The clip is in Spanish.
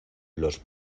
los